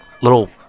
little